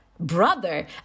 brother